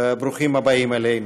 ברוכים הבאים אלינו.